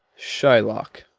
shylock,